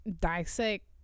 Dissect